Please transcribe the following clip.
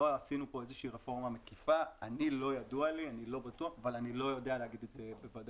לי לא ידוע לי ואני לא בטוח אבל אני לא יודע לומר את זה בוודאות.